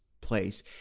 place